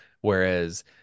whereas